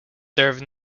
serve